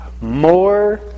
more